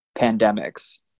pandemics